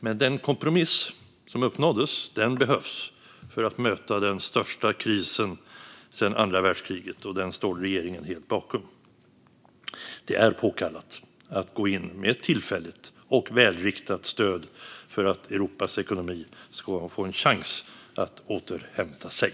Men att den kompromiss som uppnåddes behövs för att möta den största krisen sedan andra världskriget står regeringen helt bakom. Det är påkallat att gå in med ett tillfälligt och välriktat stöd för att Europas ekonomi ska få en chans att återhämta sig.